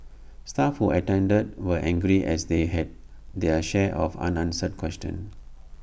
staff who attended were angry as they had their share of unanswered questions